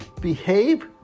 Behave